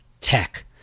tech